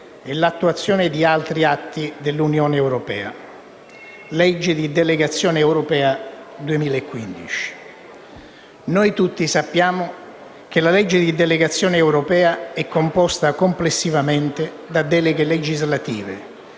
e l'attuazione di altri atti dell'Unione europea - Legge di delegazione europea 2015». Noi tutti sappiamo che il disegno di legge di delegazione europea è composto complessivamente da deleghe legislative